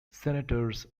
senators